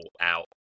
out